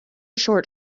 short